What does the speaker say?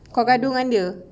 kau gaduh dengan dia